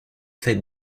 fait